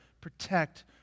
protect